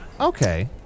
Okay